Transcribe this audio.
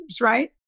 right